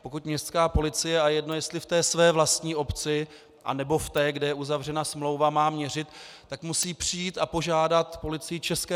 Pokud městská policie, a je jedno, jestli ve své vlastní obci, anebo v té, kde je uzavřena smlouva, má měřit, tak musí přijít a požádat Policii ČR.